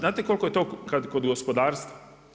Znate koliko je to kod gospodarstva?